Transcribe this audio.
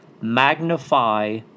magnify